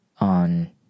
on